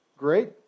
great